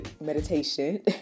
meditation